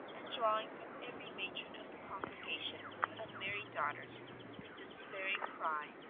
and drawing from every matron of the congregation with unmarried daughters the despairing cry,